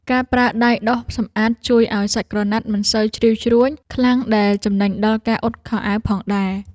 ការប្រើដៃដុសសម្អាតជួយឱ្យសាច់ក្រណាត់មិនសូវជ្រីវជ្រួញខ្លាំងដែលចំណេញដល់ការអ៊ុតខោអាវផងដែរ។